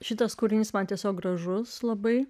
šitas kūrinys man tiesiog gražus labai